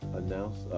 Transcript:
announce